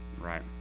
Right